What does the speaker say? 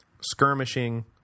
Skirmishing